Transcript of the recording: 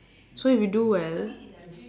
so if you do well